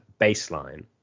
baseline